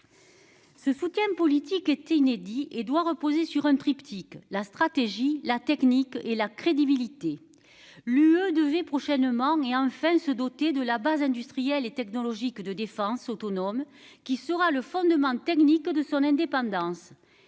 Ce soutien politique était inédit et doit reposer sur un triptyque, la stratégie, la technique et la crédibilité. L'UE devait prochainement et enfin se doter de la base industrielle et technologique de défense autonome qui sera le fondement technique de son indépendance